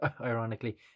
ironically